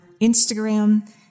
Instagram